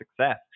success